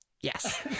Yes